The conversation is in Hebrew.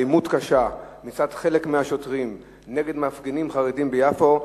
אלימות שוטרים נגד מפגינים חרדים ביפו,